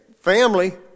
family